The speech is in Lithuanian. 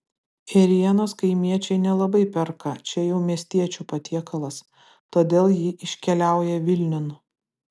ėrienos kaimiečiai nelabai perka čia jau miestiečių patiekalas todėl ji iškeliauja vilniun